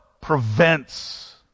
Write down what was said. prevents